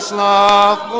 love